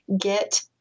get